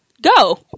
go